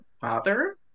father